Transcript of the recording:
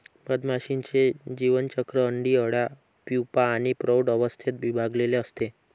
मधमाशीचे जीवनचक्र अंडी, अळ्या, प्यूपा आणि प्रौढ अवस्थेत विभागलेले असते